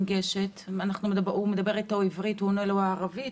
הוא מדבר איתו בעברית והוא עונה לו בערבית?